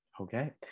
Okay